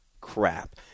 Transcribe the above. crap